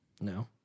No